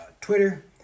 Twitter